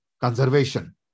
conservation